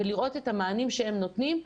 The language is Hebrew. ולראות את המענים שהם נותנים.